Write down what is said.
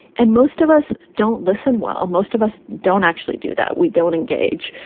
and most of us don't listen while most of us don't actually do that. we don't engage.